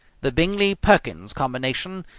the bingley-perkins combination,